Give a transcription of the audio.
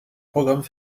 programme